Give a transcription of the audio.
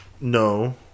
no